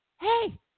hey